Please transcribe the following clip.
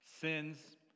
sins